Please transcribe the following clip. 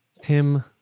Tim